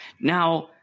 Now